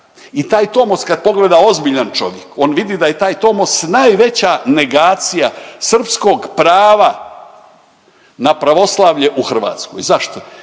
I taj Tomos kad pogleda ozbiljan čovjek on vidi da je taj Tomos najveća negacija srpskog prava na pravoslavlje u Hrvatskoj. Zašto?